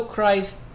Christ